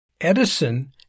Edison